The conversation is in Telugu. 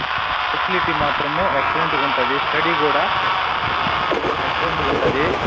ఫెసిలిటీ మాత్రము ఎక్సలెంట్గుంటుంది స్టడీ కూడా ఎక్సలెంట్గుంటుంది